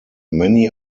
many